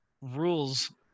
rules